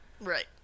Right